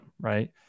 right